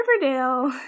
Riverdale